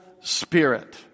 spirit